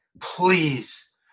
please